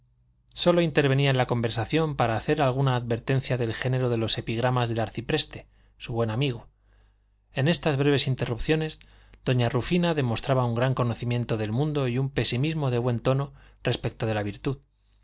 sólo intervenía en la conversación para hacer alguna advertencia del género de los epigramas del arcipreste su buen amigo en estas breves interrupciones doña rufina demostraba un gran conocimiento del mundo y un pesimismo de buen tono respecto de la virtud